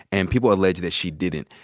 and people allege that she didn't.